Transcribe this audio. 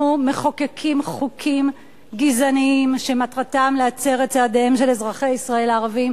מחוקקים חוקים גזעניים שמטרתם להצר את צעדיהם של אזרחי ישראל הערבים,